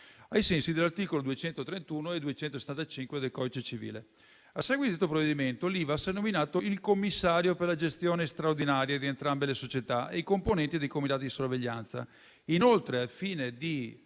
ai sensi degli articoli 231 e 275 del codice civile. A seguito del provvedimento, l'Ivass ha nominato il commissario per la gestione straordinaria di entrambe le società e i componenti dei comitati di sorveglianza.